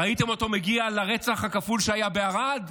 ראיתם אותו מגיע ברצח הכפול שהיה בערד?